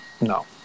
no